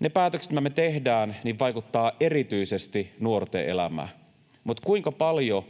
ne päätökset, mitä me tehdään, vaikuttavat erityisesti nuorten elämään, mutta kuinka paljon